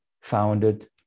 founded